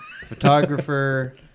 photographer